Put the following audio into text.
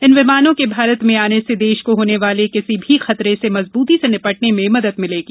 इन विमानों के भारत में आने से देश को होने वाले किसी भी खतरे से मजबूती से निपटने में मदद मिलेगी